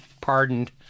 pardoned